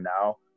now